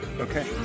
Okay